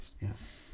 Yes